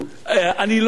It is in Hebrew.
אני לא מדבר,